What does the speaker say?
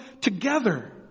together